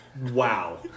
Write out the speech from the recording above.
Wow